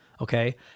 okay